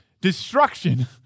destruction